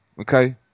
okay